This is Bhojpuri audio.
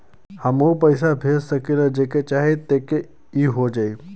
हमहू पैसा भेज सकीला जेके चाही तोके ई हो जाई?